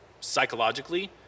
psychologically